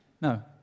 no